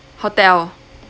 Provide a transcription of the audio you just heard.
hotel